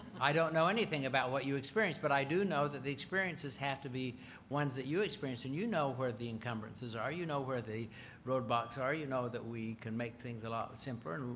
i don't know anything about what you experience, but i do know that the experiences have to be ones that you experience and you know where the incumbrances are. you know where the roadblocks are. you know that we can make things a lot simpler,